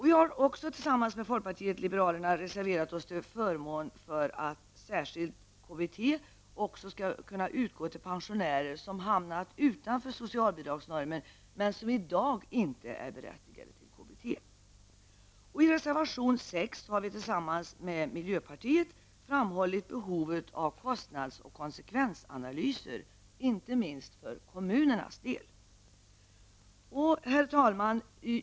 Vi har tillsammans med folkpartiet liberalerna också reserverat oss till förmån för att särskilt KBT också skall kunna utgå till pensionärer som hamnat utanför socialbidragsnormen men som i dag inte är berättigade till KBT. I reservation 6 har vi tillsammans med miljöpartiet framhållit behovet av kostnads och konsekvensanalyser, inte minst för kommunernas del. Herr talman!